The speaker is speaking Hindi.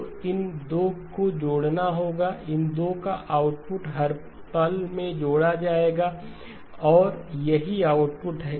तो इन 2 को जोड़ना होगा इन 2 का आउटपुट हर पल में जोड़ा जाएगा और यही आउटपुट है